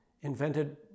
invented